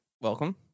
welcome